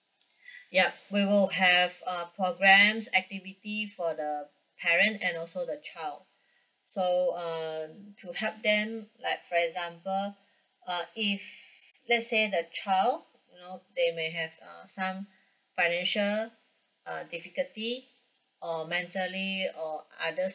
ya we will have uh programs activity for the parent and also the child so err to help them like for example uh if let's say the child you know they may have uh some financial uh difficulty or mentally or others